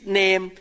name